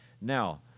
Now